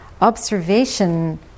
observation